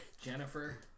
Jennifer